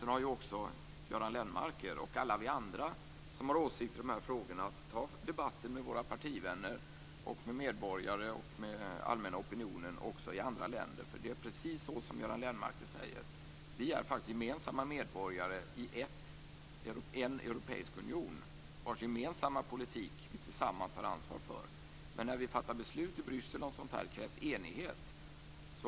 Men också Göran Lennmarker, som har åsikter i de här frågorna, har frihet att ta upp en debatt med partivänner, med medborgare och med den allmänna opinionen också i andra länder. Det är precis så som Göran Lennmarker säger, att vi gemensamt är medborgare i en europeisk union, vars gemensamma politik vi tillsammans har ansvar för. När vi fattar beslut i Bryssel om sådant här krävs dock enighet.